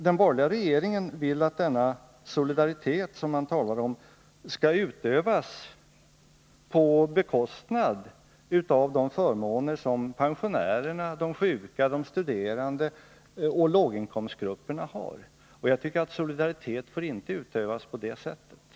Den borgerliga regeringen vill också att den solidaritet den talar om skall utövas på bekostnad av de förmåner som pensionärerna, de sjuka, de studerande och låginkomstgrupperna har. Jag tycker att solidaritet inte bör utövas på det sättet.